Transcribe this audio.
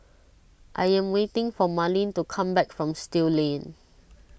I am waiting for Marlene to come back from Still Lane